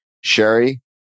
Sherry